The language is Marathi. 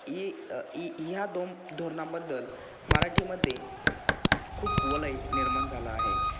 इ ई ह्या दोन धोरणाबद्दल मराठीमध्ये खूप वलय निर्माण झाला आहे